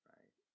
Right